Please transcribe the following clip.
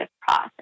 process